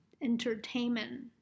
entertainment